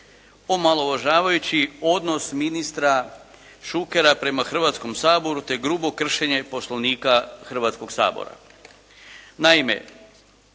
omalovažavajući odnos ministra Šukera prema Hrvatskom saboru te grubo kršenje Poslovnika Hrvatskoga sabora. Naime,